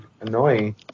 annoying